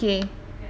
okay